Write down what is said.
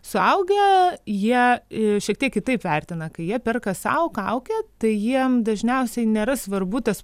suaugę jie šiek tiek kitaip vertina kai jie perka sau kaukę tai jiem dažniausiai nėra svarbu tas